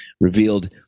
revealed